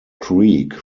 creek